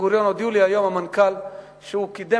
בן-גוריון הודיע לי היום שהוא קידם